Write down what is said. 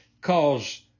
cause